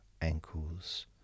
ankles